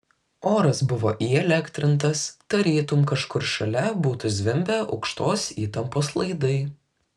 oras buvo įelektrintas tarytum kažkur šalia būtų zvimbę aukštos įtampos laidai